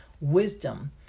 wisdom